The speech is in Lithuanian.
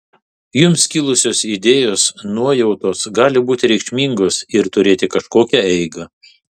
jums kilusios idėjos nuojautos gali būti reikšmingos ir turėti kažkokią eigą